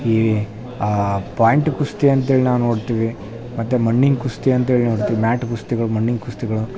ಈ ಪಾಯಿಂಟ್ ಕುಸ್ತಿ ಅಂತೇಳಿ ನಾವು ನೋಡ್ತೀವಿ ಮತ್ತು ಮಣ್ಣಿನ ಕುಸ್ತಿ ಅಂತೇಳಿ ನೊಡ್ತಿ ಮ್ಯಾಟ್ ಕುಸ್ತಿಗಳು ಮಣ್ಣಿನ ಕುಸ್ತಿಗಳು